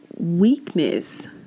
weakness